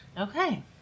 Okay